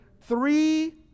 three